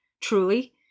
truly